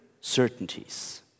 certainties